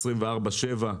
24/7,